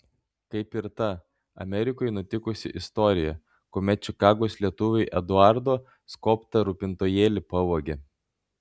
kaip ir ta amerikoje nutikusi istorija kuomet čikagos lietuviui eduardo skobtą rūpintojėlį pavogė